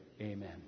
Amen